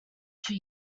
two